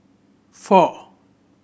four